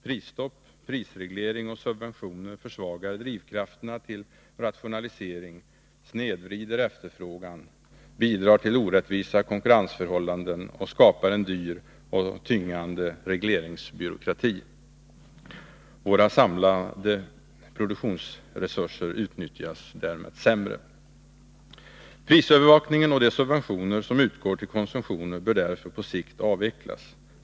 Prisstopp, prisreglering och subventioner försvagar drivkrafterna till rationalisering, snedvrider efterfrågan, bidrar till orättvisa konkurrensförhållanden och skapar en dyr och tyngande regleringsbyråkrati. Våra samlade produktionsresurser utnyttjas därmed sämre. Prisövervakningen och de subventioner som utgår till konsumtionen bör därför på sikt avvecklas.